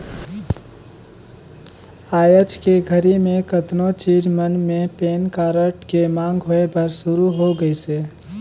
आयज के घरी मे केतनो चीच मन मे पेन कारड के मांग होय बर सुरू हो गइसे